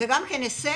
זה גם כן הישג.